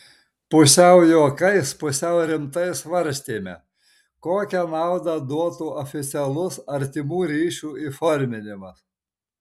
pusiau juokais pusiau rimtai svarstėme kokią naudą duotų oficialus artimų ryšių įforminimas